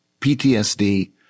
PTSD